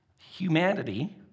Humanity